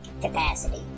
capacity